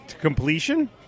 completion